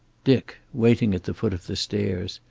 dick, waiting at the foot of the stairs,